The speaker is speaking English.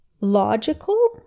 logical